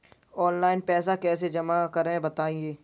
Online पैसा कैसे जमा करें बताएँ?